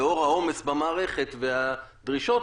לאור העומס במערכת והדרישות,